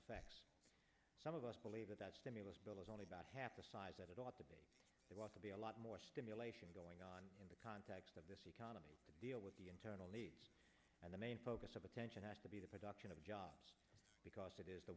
effects some of us believe that that stimulus bill is only about half the size that it ought to be we want to be a lot more stimulation going on in the context of this economy deal with the internal need and the main focus of attention has to be the production of jobs because that is the